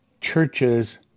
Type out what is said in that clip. churches